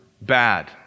bad